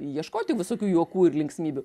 ieškoti visokių juokų ir linksmybių